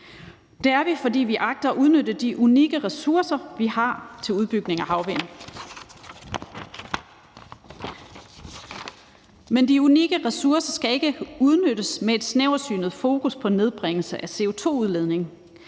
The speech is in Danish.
det er vi, fordi vi agter at udnytte de unikke ressourcer, vi har, til en udbygning af havvind. Men de unikke ressourcer skal ikke udnyttes med et snæversynet fokus på en nedbringelse af CO2-udledningen.